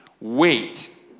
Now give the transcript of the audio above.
Wait